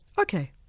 Okay